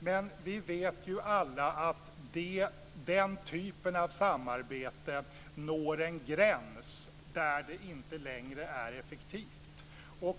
Men vi vet ju alla att den typen av samarbete når en gräns där det inte längre är effektivt. Vi